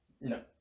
no